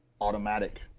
automatic